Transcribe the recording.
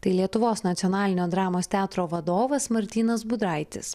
tai lietuvos nacionalinio dramos teatro vadovas martynas budraitis